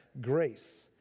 grace